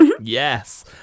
Yes